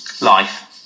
life